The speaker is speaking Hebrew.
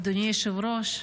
אדוני היושב-ראש,